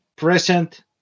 present